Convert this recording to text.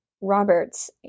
Roberts